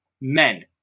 men